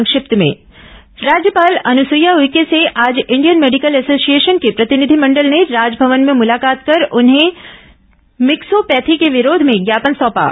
संक्षिप्त समाचार राज्यपाल अनुसुईया उइके से आज इंडियन मेडिकल एसोसिएशन के प्रतिनिधिमंडल ने राजभवन में मुलाकात कर उन्हें भिक्सोपैथी के विरोध में ज्ञापन सौंपा